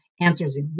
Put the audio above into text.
answers